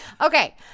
Okay